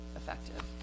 effective